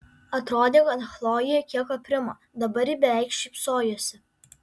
atrodė kad chlojė kiek aprimo dabar ji beveik šypsojosi